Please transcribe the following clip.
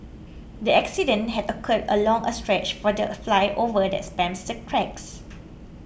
the accident had occurred along a stretch for the flyover that spans the tracks